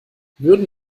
würden